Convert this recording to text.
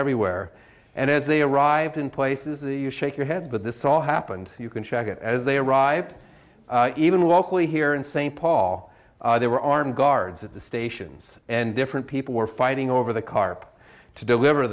everywhere and as they arrived in places that you shake your head with this all happened you can check it as they arrived even locally here in st paul there were armed guards at the stations and different people were fighting over the carp to deliver